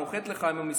נוחת לך עם המסמכים,